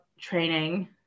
training